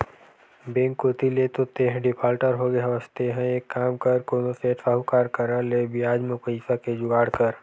bank कोती ले तो तेंहा डिफाल्टर होगे हवस तेंहा एक काम कर कोनो सेठ, साहुकार करा ले बियाज म पइसा के जुगाड़ कर